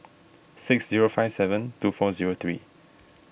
six zero five seven two four zero three